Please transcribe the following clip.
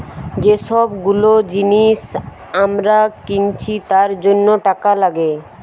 যে সব গুলো জিনিস আমরা কিনছি তার জন্য টাকা লাগে